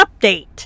update